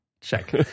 Check